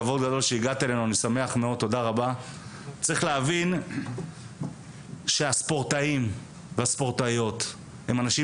זה כבוד גדול צריך להבין שהספורטאים והספורטאיות הם אנשים